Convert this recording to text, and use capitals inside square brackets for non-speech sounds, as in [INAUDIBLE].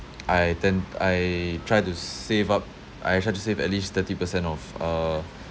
[NOISE] I tend I try to s~ save up I try to save at least thirty percent of uh